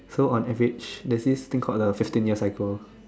so on average there's this thing called the fifteen years cycle